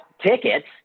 tickets